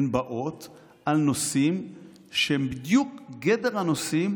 הן באות על נושאים שהם בדיוק גדר הנושאים